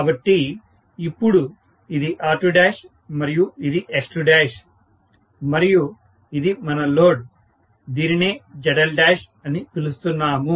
కాబట్టి ఇపుడు ఇది R2 మరియు ఇది X2 మరియు ఇది మన లోడ్ దీనినే ZLఅని పిలుస్తున్నాము